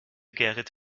gerrit